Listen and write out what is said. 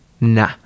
nah